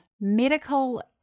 medical